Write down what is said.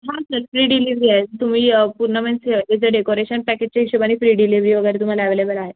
हां sir free delivery आहे तर तुम्ही पूर्ण डेकोरेशन पॅकेजच्या हिशोबाने फ्री डिलिवरी वगैरे तुम्हाला अॅवलेबल आहे